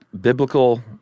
biblical